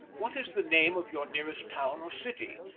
what is the name of your nearest town or city?